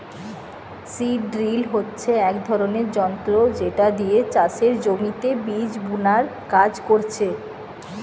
seed drill হচ্ছে এক ধরণের যন্ত্র যেটা দিয়ে চাষের জমিতে বীজ বুনার কাজ করছে